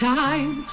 time